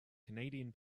canadian